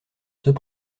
ceux